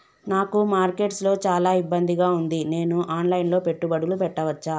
నాకు మార్కెట్స్ లో చాలా ఇబ్బందిగా ఉంది, నేను ఆన్ లైన్ లో పెట్టుబడులు పెట్టవచ్చా?